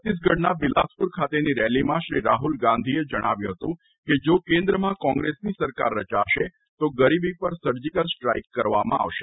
છત્તીસગઢના બીલાસપુર ખાતેની રેલીમાં શ્રી રાહુલ ગાંધીએ જણાવ્યું હતું કે જો કેન્દ્રમાં કોંગ્રેસની સરકાર રચાશે તો ગરીબી પર સર્જીકલ સ્ટ્રાઇક કરવામાં આવશે